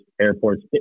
airports